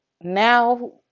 now